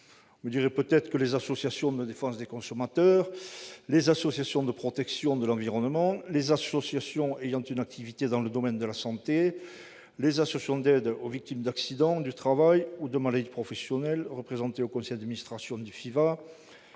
répondra peut-être que les associations de défense des consommateurs, les associations de protection de l'environnement, les associations ayant une activité dans le domaine de la santé et les associations d'aide aux victimes d'accidents du travail ou de maladies professionnelles représentées au conseil d'administration du Fonds